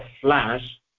flash